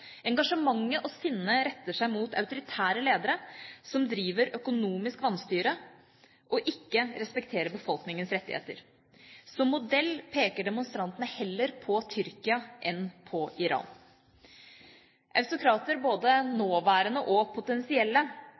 Engasjementet og sinnet retter seg mot autoritære ledere som driver økonomisk vanstyre og ikke respekterer befolkningens rettigheter. Som modell peker demonstrantene heller på Tyrkia enn på Iran. Autokrater, både nåværende og potensielle,